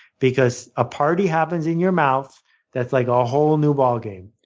because a party happens in your mouth that's like a whole, new ballgame.